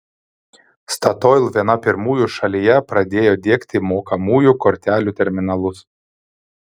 statoil viena pirmųjų šalyje pradėjo diegti mokamųjų kortelių terminalus